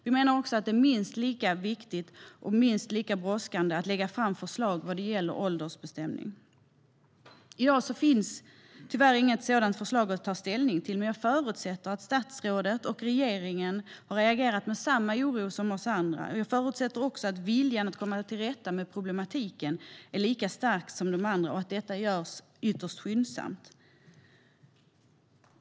Vi menar också att det är minst lika viktigt och minst lika brådskande att lägga fram förslag när det gäller åldersbestämning. I dag finns tyvärr inget sådant förslag att ta ställning till, men jag förutsätter att statsrådet och regeringen har reagerat med samma oro som vi andra. Jag förutsätter också att viljan att komma till rätta med problematiken är lika stark som hos oss och att detta görs ytterst skyndsamt.